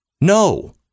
no